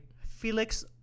Felix